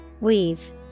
Weave